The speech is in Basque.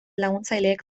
laguntzailek